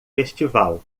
festival